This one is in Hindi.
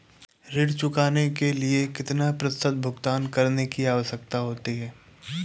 ऋण चुकाने के लिए कितना प्रतिशत भुगतान करने की आवश्यकता है?